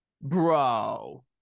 Bro